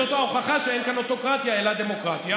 זאת ההוכחה שאין כאן אוטוקרטיה אלא דמוקרטיה.